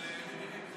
של מירי רגב.